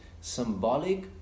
symbolic